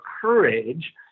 courage